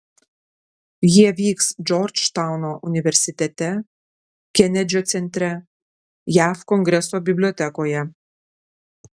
jie vyks džordžtauno universitete kenedžio centre jav kongreso bibliotekoje